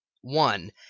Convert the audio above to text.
One